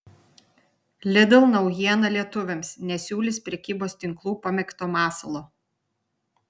lidl naujiena lietuviams nesiūlys prekybos tinklų pamėgto masalo